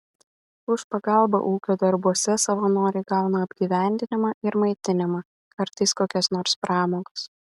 už pagalbą ūkio darbuose savanoriai gauna apgyvendinimą ir maitinimą kartais kokias nors pramogas